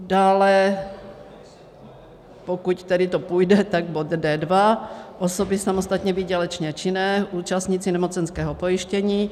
Dále, pokud tedy to půjde, bod D2, osoby samostatně výdělečně činné, účastníci nemocenského pojištění.